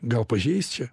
gal pažeist čia